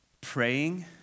praying